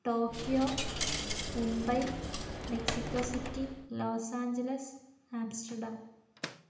Tokyo Mumbai Mexico city loss angeles Amsterdam